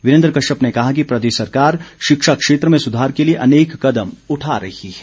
वीरेन्द्र कश्यप ने कहा कि प्रदेश सरकार शिक्षा क्षेत्र में सुधार के लिए अनेक कदम उठा रही है